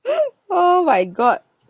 oh my god